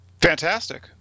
Fantastic